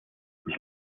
ich